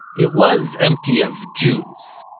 it was empty of jews.